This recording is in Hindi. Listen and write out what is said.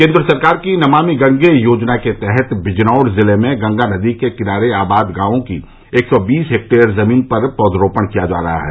केन्द्र सरकार की नमामि गंगे योजना के तहत बिजनौर ज़िले में गंगा नदी के किनारे आबाद गाँवों की एक सौ बीस हेक्टेयर ज़मीन पर पौधारोपण किया जा रहा है